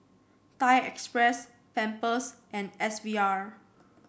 Thai Express Pampers and S V R